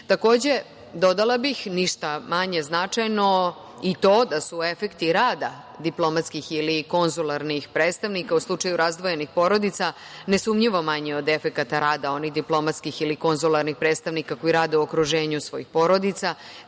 dodala bih, ništa manje značajno i to da su efekti rada diplomatskih ili konzularnih predstavnika u slučaju razdvojenih porodica nesumnjivo manji od efekata rada onih diplomatskih ili konzularnih predstavnika koji rade u okruženju svojih porodica